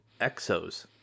Exos